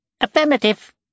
Affirmative